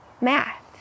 math